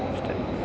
ಅಷ್ಟೇ